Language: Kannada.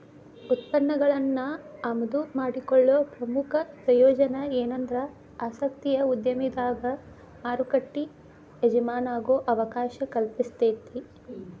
ಉತ್ಪನ್ನಗಳನ್ನ ಆಮದು ಮಾಡಿಕೊಳ್ಳೊ ಪ್ರಮುಖ ಪ್ರಯೋಜನ ಎನಂದ್ರ ಆಸಕ್ತಿಯ ಉದ್ಯಮದಾಗ ಮಾರುಕಟ್ಟಿ ಎಜಮಾನಾಗೊ ಅವಕಾಶ ಕಲ್ಪಿಸ್ತೆತಿ